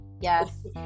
Yes